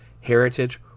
heritage